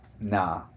Nah